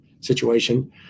situation